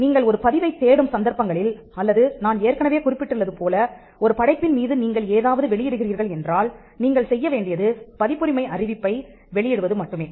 நீங்கள் ஒரு பதிவைத் தேடும் சந்தர்ப்பங்களில் அல்லது நான் ஏற்கனவே குறிப்பிட்டுள்ளது போல ஒரு படைப்பின் மீது நீங்கள் ஏதாவது வெளியிடுகிறீர்கள் என்றால் நீங்கள் செய்ய வேண்டியது பதிப்புரிமை அறிவிப்பை வெளியிடுவது மட்டுமே